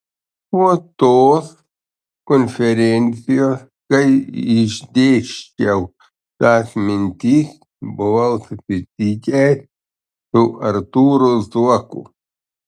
po tos konferencijos kai išdėsčiau tas mintis buvau susitikęs su artūru zuoku